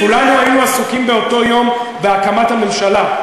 כולנו היינו עסוקים באותו יום בהקמת הממשלה.